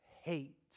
hate